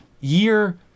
Year